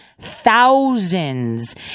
thousands